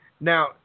Now